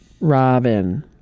Robin